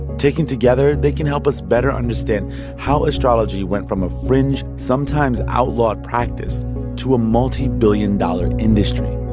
taken together, they can help us better understand how astrology went from a fringe, sometimes outlawed practice to a multibillion-dollar industry